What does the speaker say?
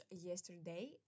yesterday